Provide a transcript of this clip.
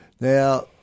Now